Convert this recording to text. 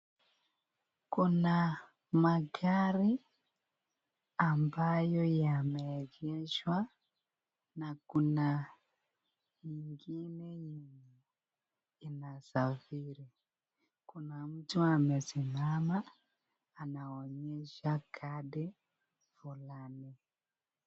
Kuna magari ambayo yameegeshwa na kuna nyinge yenye inasafiri, kuna mtu amesimama anaonyesha kadi fulani.